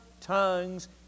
tongues